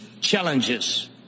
challenges